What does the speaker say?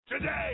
Today